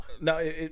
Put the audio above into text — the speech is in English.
no